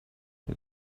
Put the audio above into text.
der